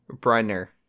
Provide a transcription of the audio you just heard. Brenner